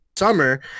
summer